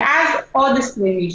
ואז יעמדו עוד 20 אנשים.